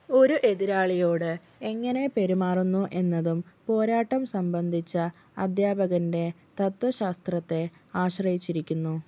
ഒരു എതിരാളിയോട് എങ്ങനെ പെരുമാറുന്നു എന്നതും പോരാട്ടം സംബന്ധിച്ച അദ്ധ്യാപകൻ്റെ തത്ത്വശാസ്ത്രത്തെ ആശ്രയിച്ചിരിക്കുന്നു